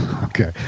Okay